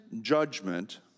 judgment